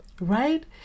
right